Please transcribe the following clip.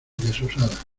desusada